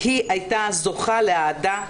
היא הייתה זוכה לאהדה,